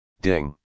Ding